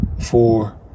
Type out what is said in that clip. four